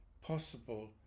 possible